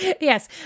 yes